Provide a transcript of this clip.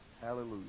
Hallelujah